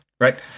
right